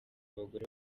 abagore